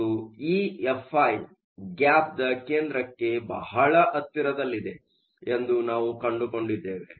ಮತ್ತು ಇಎಫ್ಐ ಗ್ಯಾಪ್ನ ಕೇಂದ್ರಕ್ಕೆ ಬಹಳ ಹತ್ತಿರದಲ್ಲಿದೆ ಎಂದು ನಾವು ಕಂಡುಕೊಂಡಿದ್ದೇವೆ